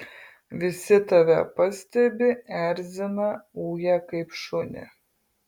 visi tave pastebi erzina uja kaip šunį